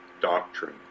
doctrine